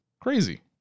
crazy